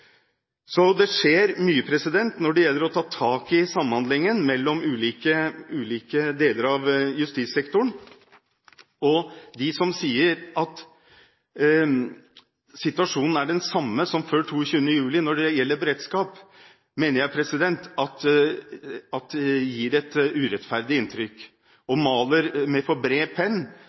Så det skjer mye for å ta tak i samhandlingen mellom ulike deler av justissektoren. De som sier at situasjonen er den samme som før 22. juli når det gjelder beredskap, mener jeg gir et urettferdig inntrykk og maler med for bred